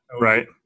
Right